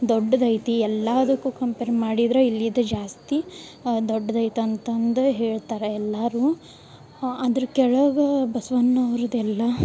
ದೊಡ್ಡದ ಐತಿ ಎಲ್ಲಾದಕ್ಕು ಕಂಪೇರ್ ಮಾಡಿದ್ರೆ ಇಲ್ಲಿದ ಜಾಸ್ತಿ ದೊಡ್ದ ಐತ ಅಂತಂದು ಹೇಳ್ತಾರೆ ಎಲ್ಲಾರು ಹಾಂ ಅದ್ರ ಕೆಳಗೆ ಬಸ್ವಣ್ಣ ಅವ್ರದ ಎಲ್ಲಾ